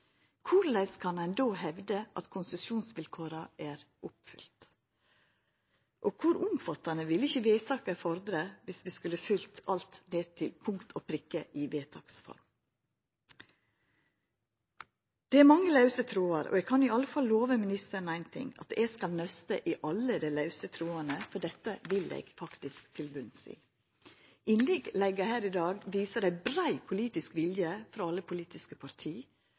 Korleis kan ein då hevda at konsesjonsvilkåra er oppfylte? Kor omfattande ville det ikkje vera om alt skulle gjerast til punkt og prikke i vedtaks form? Det er mange lause trådar. Eg kan iallfall lova ministeren éin ting, at eg skal nøsta i alle dei lause trådane, for dette vil eg faktisk til botns i. Innlegga her i dag viser ein brei politisk vilje frå alle politiske parti,